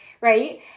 right